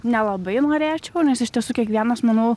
nelabai norėčiau nes iš tiesų kiekvienas manau